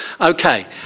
Okay